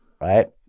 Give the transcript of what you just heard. Right